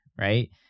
right